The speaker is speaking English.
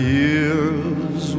years